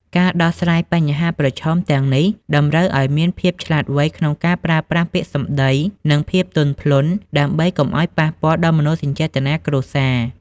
ការដោះស្រាយបញ្ហាប្រឈមទាំងនេះ តម្រូវឱ្យមានភាពឆ្លាតវៃក្នុងការប្រើប្រាស់ពាក្យសម្ដី និងភាពទន់ភ្លន់ដើម្បីកុំឱ្យប៉ះពាល់ដល់មនោសញ្ចេតនាគ្រួសារ។